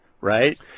right